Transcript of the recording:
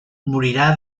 morirà